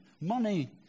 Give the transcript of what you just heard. Money